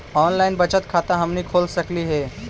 Online बचत खाता हमनी खोल सकली हे?